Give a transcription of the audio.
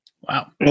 Wow